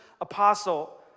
apostle